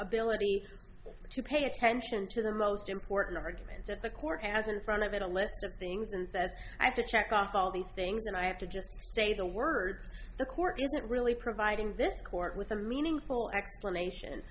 ability to pay attention to the most important arguments of the court as in front of it a list of things and says i have to check off all these things and i have to just say the words the court is not really providing this court with a meaningful explanation